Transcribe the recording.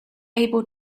able